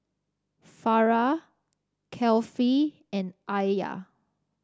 Farah and Alya